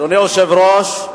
אדוני היושב-ראש,